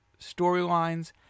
storylines